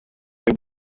they